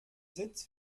sitz